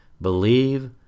believe